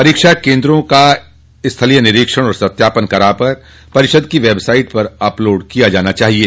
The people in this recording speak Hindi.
परीक्षा केन्द्रों का स्थलीय निरीक्षण व सत्यापन कराकर परिषद की वेबसाइट पर अपलोड किया जाये